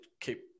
keep